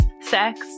sex